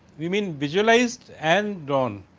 you mean visualized and drawn.